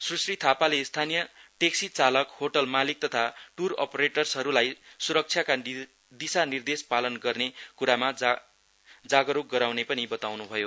सुश्री थापाले स्थानीय टेक्सी चालकहोटल मालिक तथा टूर ओपरेटर्सहरुलाई सुरक्षाका दिशानिर्देश पालन गर्ने कुरामा जागरुक गराइने पनि बताउनु भयो